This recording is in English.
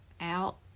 out